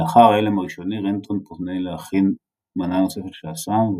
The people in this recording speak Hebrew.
לאחר ההלם הראשוני רנטון פונה להכין מנה נוספת של הסם,